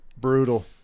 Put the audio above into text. brutal